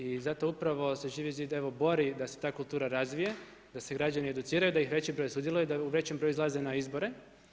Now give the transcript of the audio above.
I zato upravo se Živi zid evo bori da se ta kultura razvija, da se građani educiraju, da ih veći broj sudjeluje, da u većem broju izlaze na izbore.